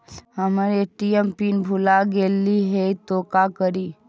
हमर ATM PIN भूला गेली हे, तो का करि?